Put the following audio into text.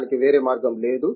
దానికి వేరే మార్గం లేదు